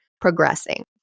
progressing